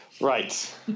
Right